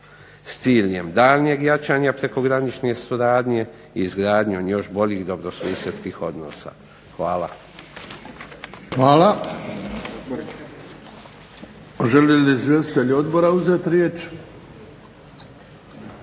S ciljem daljnjeg jačanja prekogranične suradnje i izgradnjom još boljih dobrosusjedskih odnosa. Hvala. **Bebić, Luka (HDZ)** Hvala. Žele li izvjestitelji odbora uzeti riječ?